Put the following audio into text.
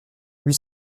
huit